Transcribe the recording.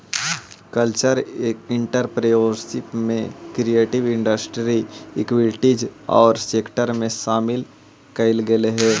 cultural entrepreneurship में creative industry activities औउर sector के शामिल कईल गेलई हई